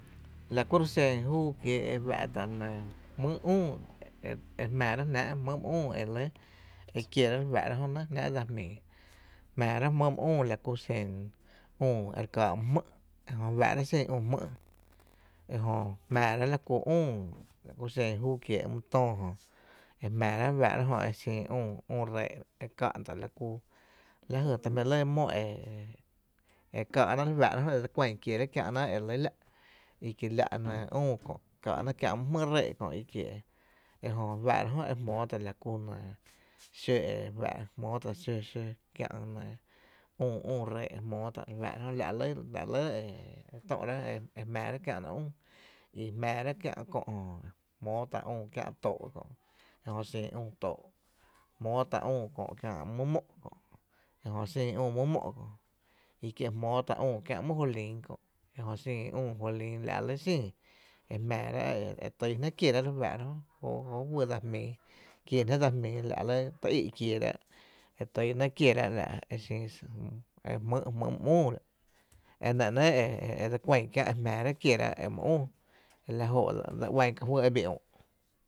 La kuro’ xen júu kie e fá’tá’ jmýy’ üü e jmⱥⱥ rá’ jnáá’ jmyy’ my üü e kieráá’ re fáá’ra jö nɇ jnáá’ dsa jmíi jmⱥⱥrá’ jmýy’ myn üü la ku xen e re káá’ my jmý’ ejö fáá’ra’ xin üü jmý’ e jö jmⱥⱥra’ la ku üü e kie’ la ku xen üü kiee’ my töö, e faa´ra’ jö e xin üü ree’ e ká’ta’ la ku ta jmí’ lɇ mo e e káá’náá’mre fáá’ra e dse kuɇn e kiera’ e re lɇ la’ e kiela’ üü kö’ káá’náá’ kiä’ my jmý’ reee’ e jö re fáá’ra jö e fa’ jmó tá’ xó, xó kiä’ üü ree’ jmóó tá’ e re faára jö la re lɇ e e jmⱥⱥ rá’ kiä’ náá’ üü i jmaará’ kiä’ kö’ jmóó tá’ üü kiä’ too’ kö’ e üü too’ jmóóta´’ üü kiä’ my mó’ jmóó tá’ my mo’ i kie’ jmóó tá’ üü kiä’ my jolin kö’ ejö xin üü jolin, la’ re lɇ xin ejö e jmⱥⱥrá’ e tyy jnáá’ kierá’ jóo juyy dsa jmii, kiee jnáá’ dsa jmíi la’ ty í’ kieera’ e ty náá’ kiéraá’ la’ e xin jmýy’ jmýy’ my üü ro’ e nɇ ‘nɇɇ’ e dse kuɇn kiä’ e jmⱥⱥ ráá’ e kierá’ e my üü la jóo’ dse uán ka juy e bii üü’.